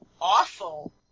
Awful